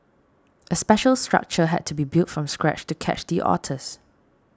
a special structure had to be built from scratch to catch the otters